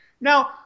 Now